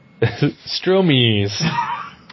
Stromies